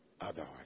otherwise